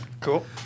Cool